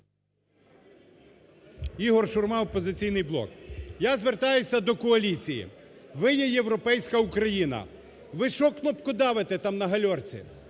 Ігор Шурма, "Опозиційний блок". Я звертаюся до коаліції. Ви є "Європейська Україна", ви що кнопкодавите там на гальорці?